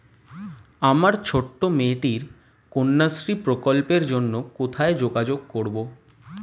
আমার ছোট্ট মেয়েটির কন্যাশ্রী প্রকল্পের জন্য কোথায় যোগাযোগ করব?